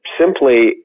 simply